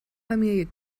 familie